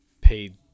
paid